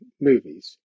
movies